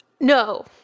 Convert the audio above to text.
No